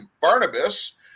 Barnabas